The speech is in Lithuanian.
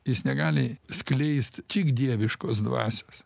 jis negali skleisti tik dieviškos dvasios